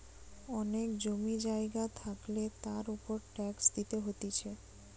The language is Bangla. অনেক জমি জায়গা থাকলে তার উপর ট্যাক্স দিতে হতিছে